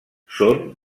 són